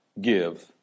give